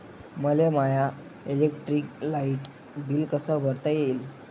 मले my electric light bill कस भरता येईल?